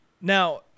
Now